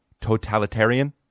Totalitarian